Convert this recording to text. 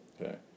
okay